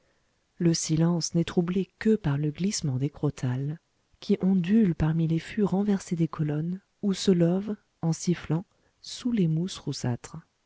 le silence n'est troublé que par le glissement des crotales qui ondulent parmi les fûts renversés des colonnes ou se lovent en sifflant sous les mousses